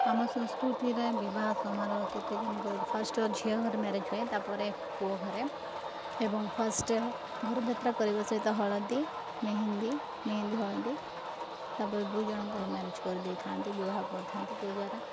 ଆମ ସଂସ୍କୃତିରେ ବିବାହ ସମାରୋହ କେତେ ଜାକଜକମରେ ହୁଏ ଫାଷ୍ଟ ଝିଅ ଘରେ ମ୍ୟାରେଜ ହୁଏ ତାପରେ ପୁଅ ଘରେ ଏବଂ ଫାଷ୍ଟେ ଘର ଯାତ୍ରା କରିବା ସହିତ ହଳଦୀ ମେହେନ୍ଦି ମେହେନ୍ଦି ହଳଦୀ ତାପରେ ଦୁଇ ଜଣଙ୍କର ମ୍ୟାରେଜ କରିଦେଇଥାନ୍ତି ବିବାହ କରିଥାନ୍ତି ଯୋଉ ଦ୍ୱାରା